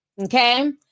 okay